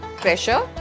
pressure